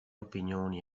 opinioni